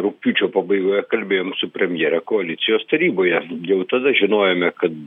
rugpjūčio pabaigoje kalbėjom su premjere koalicijos taryboje jau tada žinojome kad